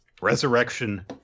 Resurrection